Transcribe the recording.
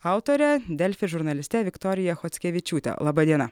autore delfi žurnaliste viktorija chockevičiūte laba diena